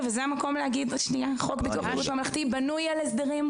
זה המקום להגיד שחוק ביטוח בריאות ממלכתי בנוי על הסדרים,